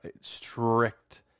strict